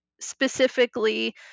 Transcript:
specifically